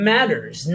Matters